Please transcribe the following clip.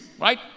Right